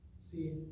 See